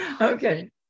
Okay